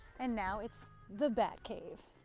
and now it's the bat cave.